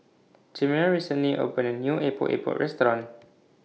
Chimere recently opened A New Epok Epok Restaurant